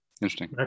interesting